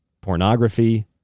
pornography